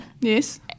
Yes